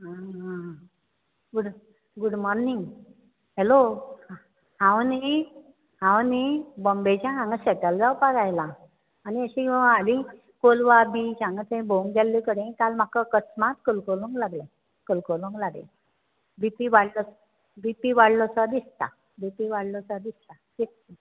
आ आ आ good good morning hello हांव न्ही हांव न्ही बॉम्बेच्यान हांगा सॅटल जावपाक आयलां आनी अशी हांव हालीं कोलवा बीच हांगा थंय भोंवूंक गेल्ले कडेन काल म्हाका अकस्मात कलकलोंक लागलें कलकोलोंक लागलें बी पी वाडलो बी पी वाडलो सो दिसता बी पी वाडलो सो दिसता